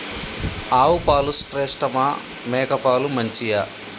ఆవు పాలు శ్రేష్టమా మేక పాలు మంచియా?